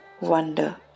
wonder